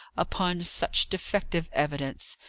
upon such defective evidence.